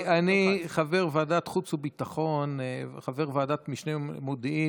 אני חבר ועדת חוץ וביטחון, חבר ועדת משנה מודיעין.